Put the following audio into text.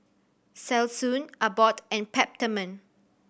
Selsun Abbott and Peptamen